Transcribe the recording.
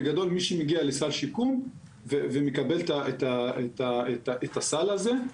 מי שמגיע לסל שיקום ומקבל את הסל הזה,